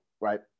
right